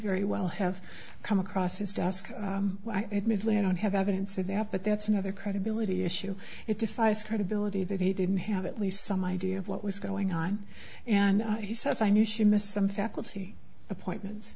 very well have come across his desk admittedly i don't have evidence of that but that's another credibility issue it defies credibility that he didn't have at least some idea of what was going on and he says i knew she missed some faculty appointments